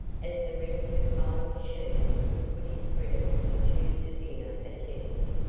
as the renting of five machines would put his credit to too severe a test.